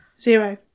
zero